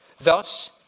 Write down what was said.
Thus